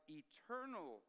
eternal